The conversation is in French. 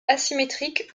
asymétriques